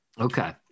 okay